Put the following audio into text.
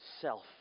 self